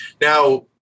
now